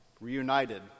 reunited